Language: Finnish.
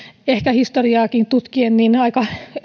ehkä historiaakin tutkien aika